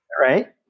Right